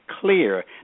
clear